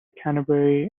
canterbury